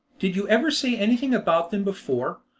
did you ever say anything about them before?